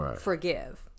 forgive